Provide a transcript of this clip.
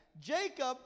Jacob